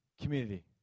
Community